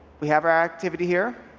we have our activity here.